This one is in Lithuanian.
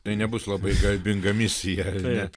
tai nebus labai garbinga misija ar ne